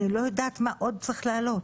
אני לא יודעת מה עוד צריך לעלות.